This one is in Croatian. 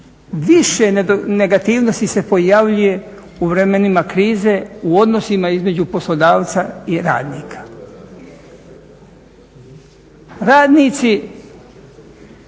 više negativnosti se pojavljuje u vremenima krize u odnosima između poslodavca i radnika.